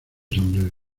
sombrero